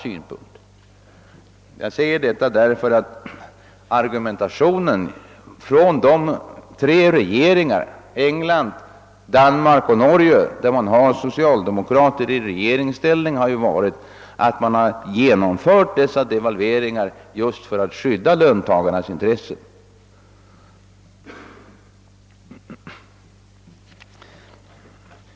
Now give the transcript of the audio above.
Jag påpekar detta därför att argumentationen från de tre länder — England, Danmark och Finland — där man har socialdemokrater i regeringsställning har varit, att de har genomfört sina devalveringar just för att skydda löntagarnas intressen.